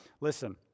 Listen